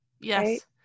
Yes